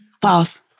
False